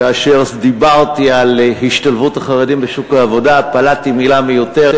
כאשר דיברתי על השתלבות החרדים בשוק העבודה פלטתי מילה מיותרת,